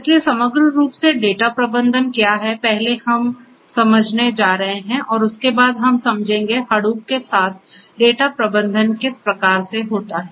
इसलिए समग्र रूप से डेटा प्रबंधन क्या है पहले हम समझने जा रहे हैं और उसके बाद हम समझेंगे Hadoop के साथ डेटा प्रबंधन किस प्रकार से होता है